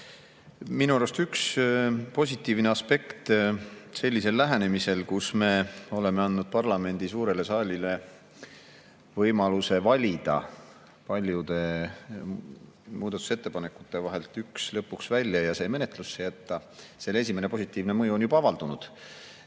Minu arust on üks positiivne aspekt sellisel lähenemisel, kus me oleme andnud parlamendi suurele saalile võimaluse valida paljude muudatusettepanekute vahelt lõpuks üks välja ja see menetlusse jätta. Selle esimene positiivne mõju on juba avaldunud.